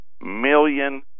million